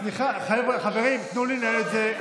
סליחה, חברים, תנו לי לנהל את זה.